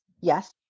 Yes